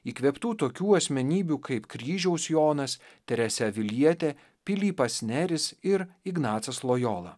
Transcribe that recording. įkvėptų tokių asmenybių kaip kryžiaus jonas teresė avilietė pilypas neris ir ignacas lojola